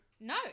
No